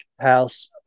house